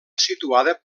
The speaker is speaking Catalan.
situada